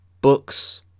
Books